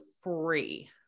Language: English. free